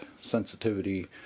sensitivity